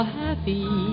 happy